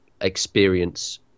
experience